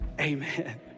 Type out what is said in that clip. Amen